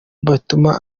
batuma